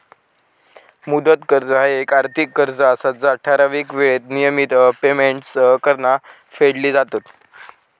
मुदत कर्ज ह्या येक आर्थिक कर्ज असा जा ठराविक येळेत नियमित पेमेंट्स करान फेडली जातत